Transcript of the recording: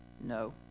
No